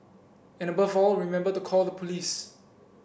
and above all remember to call the police